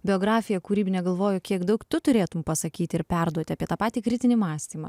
biografiją kūrybinę galvoju kiek daug tu turėtum pasakyti ir perduoti apie tą patį kritinį mąstymą